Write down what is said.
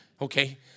Okay